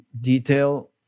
detail